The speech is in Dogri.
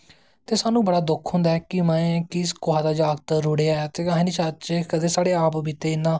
ते साह्नू बड़ा दुक्ख होंदा ऐ कि कुसा दा जागत रुढ़ेआ ते अस नी चांह्दे कि कदैं इयां